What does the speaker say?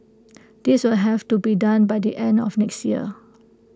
this will have to be done by the end of next year